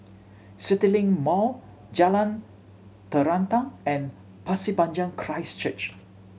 CityLink Mall Jalan Terentang and Pasir Panjang Christ Church